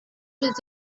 was